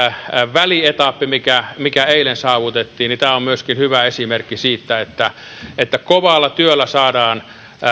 välietappi mikä mikä eilen saavutettiin on hyvä esimerkki siitä että että kovalla työllä saadaan